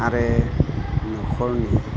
आरो नखरनि